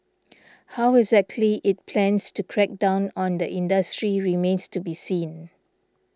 how exactly it plans to crack down on the industry remains to be seen